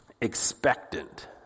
expectant